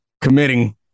committing